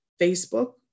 Facebook